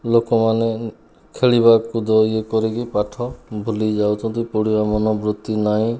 ଲୋକମାନେ ଖେଳିବା କୁଦ ଇଏ କରିକି ପାଠ ଭୁଲିଯାଉଛନ୍ତି ପଢ଼ିବା ମନବୃତ୍ତି ନାହିଁ